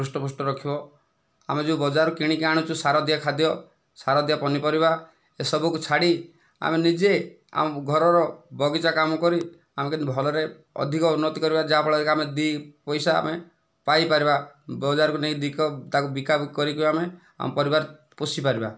ହୃଷ୍ଟପୃଷ୍ଟ ରଖିବ ଆମେ ଯେଉଁ ବଜାରରୁ କିଣିକି ଅଣୁଛୁ ସାର ଦିଆ ଖାଦ୍ୟ ସାର ଦିଆ ପନିପରିବା ଏସବୁକୁ ଛାଡ଼ି ଆମେ ନିଜେ ଆଉ ଘରର ବଗିଚା କାମ କରି ଆମେ କେମିତି ଭଲରେ ଅଧିକ ଉନ୍ନତି କରିବା ଯାହା ଫଳରେକି ଆମେ ଦୁଇ ପଇସା ଆମେ ପାଇପାରିବା ବଜାରକୁ ନେଇକି ଦିକ ତାକୁ ବିକା ବିକି କରିକି ଆମେ ଆମ ପରିବାର ପୋଷି ପାରିବା